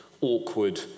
awkward